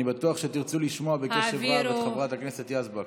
אני בטוח שתרצו לשמוע בקשב רב את חברת הכנסת יזבק.